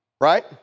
right